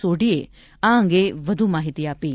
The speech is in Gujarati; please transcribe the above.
સોઢીએ આ અંગે વધુ માહિતી આપી હતી